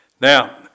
Now